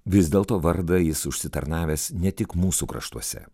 vis dėlto vardą jis užsitarnavęs ne tik mūsų kraštuose